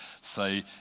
say